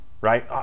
right